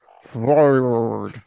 fired